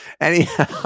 anyhow